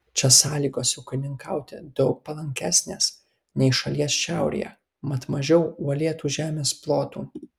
čia sąlygos ūkininkauti daug palankesnės nei šalies šiaurėje mat mažiau uolėtų žemės plotų